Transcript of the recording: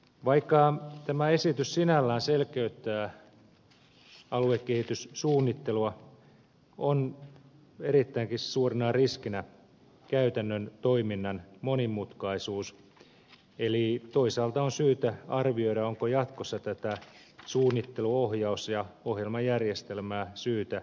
vaikka tämä esitys sinällään selkeyttää aluekehityssuunnittelua on erittäinkin suurena riskinä käytännön toiminnan monimutkaisuus eli toisaalta on syytä arvioida onko jatkossa tätä suunnittelu ohjaus ja ohjelmajärjestelmää syytä yksinkertaistaa